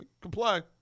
Comply